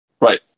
Right